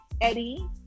Eddie